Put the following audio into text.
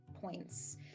points